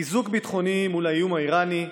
חיזוק ביטחוני מול האיום האיראני,